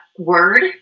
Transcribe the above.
word